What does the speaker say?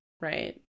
right